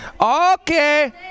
Okay